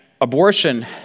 abortion